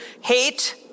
hate